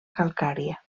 calcària